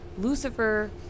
Lucifer